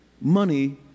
money